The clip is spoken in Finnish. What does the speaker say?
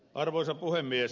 arvoisa puhemies